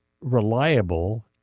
reliable